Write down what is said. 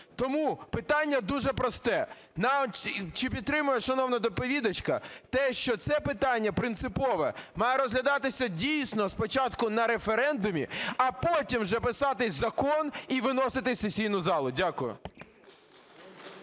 Тому питання дуже просте. Чи підтримує шановна доповідачка те, що це питання принципове має розглядатися, дійсно, спочатку на референдумі, а потім вже писати закон і виносити у сесійну залу? Дякую.